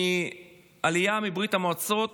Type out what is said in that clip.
בעלייה מברית המועצות